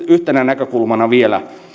yhtenä näkökulmana vielä